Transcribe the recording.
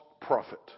prophet